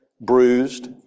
bruised